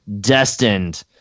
destined